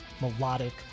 melodic